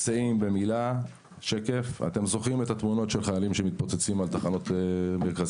היסעים אתם זוכרים את התמונות של חיילים שמתפוצצים על תחנות מרכזיות?